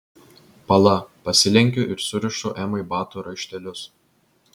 pala pasilenkiu ir surišu emai batų raištelius